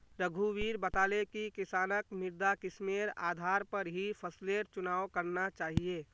रघुवीर बताले कि किसानक मृदा किस्मेर आधार पर ही फसलेर चुनाव करना चाहिए